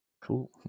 Cool